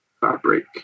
fabric